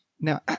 Now